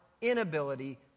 inability